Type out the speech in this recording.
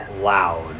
loud